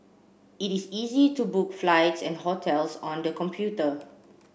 it is easy to book flights and hotels on the computer